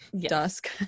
Dusk